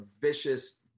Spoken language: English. vicious